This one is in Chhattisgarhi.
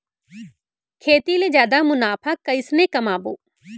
खेती ले जादा मुनाफा कइसने कमाबो?